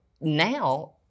now